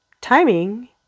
timing